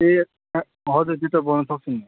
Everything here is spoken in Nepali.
ए हजुर त्यो त बनाउन सक्छु नि